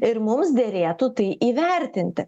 ir mums derėtų tai įvertinti